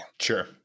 Sure